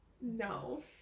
No